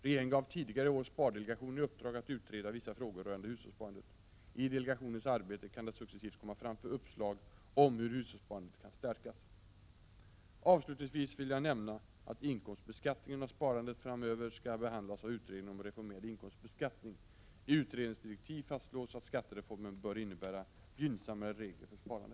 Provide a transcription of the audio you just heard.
Regeringen gav tidigare i år spardelegationen i uppdrag att utreda vissa frågor rörande hushållssparandet. I delegationens arbete kan det successivt komma fram uppslag om hur hushållssparandet kan stärkas. Avslutningsvis vill jag nämna att inkomstbeskattningen av sparandet framöver skall behandlas av utredningen om reformerad inkomstbeskattning. I utredningens direktiv fastslås att skattereformen bör innebära gynnsammare regler för sparande.